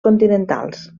continentals